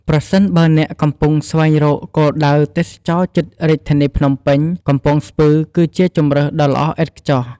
ប្រសិនបើអ្នកកំពុងស្វែងរកគោលដៅទេសចរណ៍ជិតរាជធានីភ្នំពេញ កំពង់ស្ពឺគឺជាជម្រើសដ៏ល្អឥតខ្ចោះ។